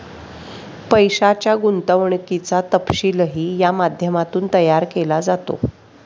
पैशाच्या गुंतवणुकीचा तपशीलही या माध्यमातून तयार केला जातो